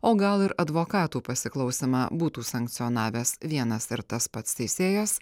o gal ir advokatų pasiklausymą būtų sankcionavęs vienas ir tas pats teisėjas